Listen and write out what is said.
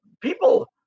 people